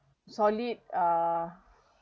solid err